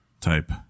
type